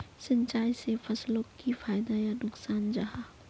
सिंचाई से फसलोक की फायदा या नुकसान जाहा?